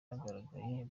bagaragaye